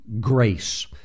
grace